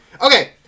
Okay